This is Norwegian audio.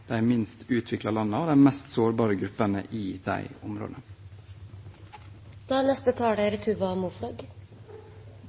de minst utviklede landene og de mest sårbare gruppene i de